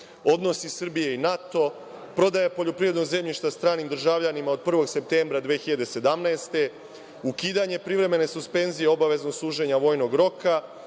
odnosi Srbije i NATO, prodaja poljoprivrednog zemljišta stranim državljanima od 1. septembra 2017. godine, ukidanje privremene suspenzije obaveznog služenja vojnog roka,